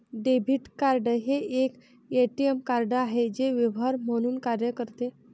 debit card हे एक ATM card आहे जे व्यवहार म्हणून कार्य करते